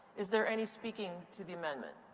is there any speaking to the amendment?